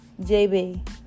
JB